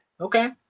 Okay